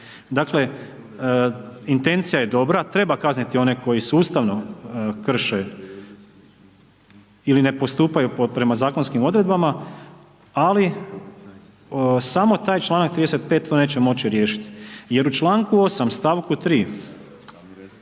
Dakle intencija je dobra, treba kazniti one koji sustavno krše ili postupaju prema zakonskim odredbama ali samo taj članak 35. to neće moći riješiti jer u članku 8. stavku 3.